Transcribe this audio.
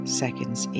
seconds